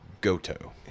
Goto